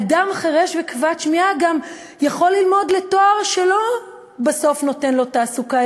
אדם חירש וכבד שמיעה גם יכול ללמוד לתואר שבסוף לא נותן לו לתעסוקה,